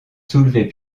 soulevées